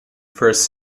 first